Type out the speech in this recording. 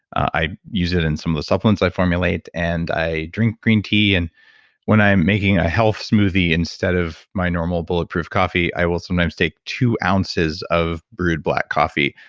i use it in some of the supplements i formulate and i drink green tea. and when i'm making a health smoothie, instead of my normal bulletproof coffee, i will sometimes take two ounces of brewed black coffee,